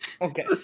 okay